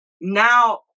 now